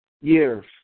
years